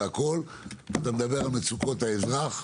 ואתה מדבר על מצוקות האזרח,